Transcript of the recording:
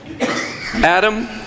Adam